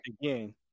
Again